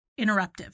interruptive